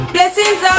Blessings